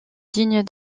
digne